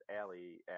Alley